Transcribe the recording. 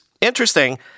interesting